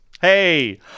Hey